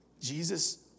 Jesus